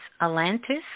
Atlantis